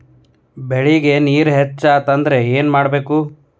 ಬೆಳೇಗ್ ನೇರ ಹೆಚ್ಚಾಯ್ತು ಅಂದ್ರೆ ಏನು ಮಾಡಬೇಕು?